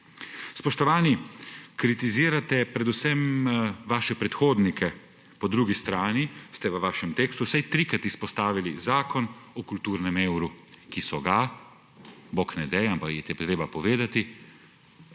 Spoštovani, kritizirate predvsem svoje predhodnike, po drugi strani ste v vašem tekstu vsaj trikrat izpostavili zakon o kulturnem evru, ki so ga, bog ne daj, ampak je treba povedati,